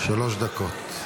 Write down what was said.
שלוש דקות.